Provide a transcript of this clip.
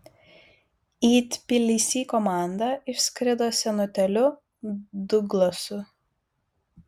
į tbilisį komanda išskrido senutėliu duglasu